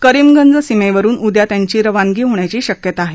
करीमगंज सीमेवरुन उद्या त्यांची रवानगी होण्याची शक्यता आहे